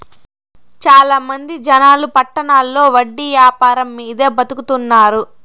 చాలా మంది జనాలు పట్టణాల్లో వడ్డీ యాపారం మీదే బతుకుతున్నారు